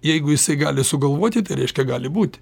jeigu jisai gali sugalvoti tai reiškia gali būti